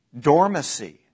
dormancy